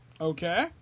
Okay